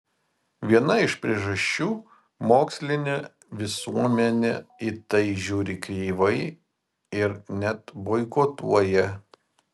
viena iš priežasčių mokslinė visuomenė į tai žiūri kreivai ir net boikotuoja